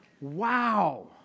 Wow